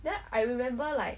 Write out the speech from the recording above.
then I remember like